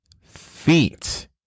feet